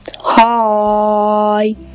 Hi